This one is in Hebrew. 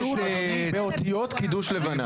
זה שחיתות באותיות קידוש לבנה.